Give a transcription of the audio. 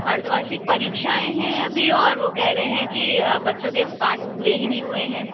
अर्द्धवार्षिक परीक्षाएं हैं अभी और वो कह रहे है कि बच्चों कि पाठ पूरे ही नहीं हुए हैं